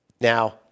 Now